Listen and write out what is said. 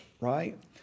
right